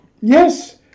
yes